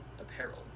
Apparel